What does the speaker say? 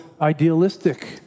idealistic